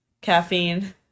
caffeine